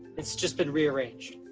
it's just been rearranged.